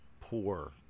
poor